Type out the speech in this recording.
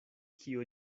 kio